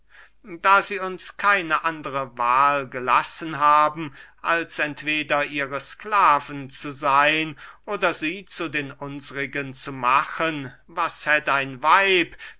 da sie uns keine andere wahl gelassen haben als entweder ihre sklaven zu seyn oder sie zu den unsrigen zu machen was hätt ein weib